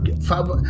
five